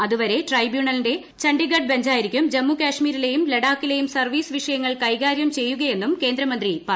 അതുവരെ അട്രൈബ്യൂണലിന്റെ അണ്ഡിഗഡ് ബഞ്ചായിരിക്കും ജമ്മു കശ്മീരിലെയും ലഡാക്കിലെയും സർവ്വീസ് വിഷയങ്ങൾ കൈകാര്യം ചെയ്യുകയെന്നും കേന്ദ്രമന്ത്രി പറഞ്ഞു